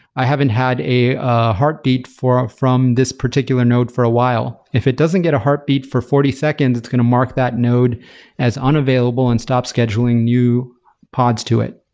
i haven't had a a heartbeat ah from this particular node for a while. if it doesn't get a heartbeat for forty seconds, it's going to mark that node as unavailable and stop scheduling you pods to it.